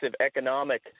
economic